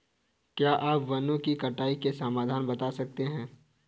क्या आप वनों की कटाई के समाधान बता सकते हैं?